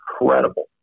incredible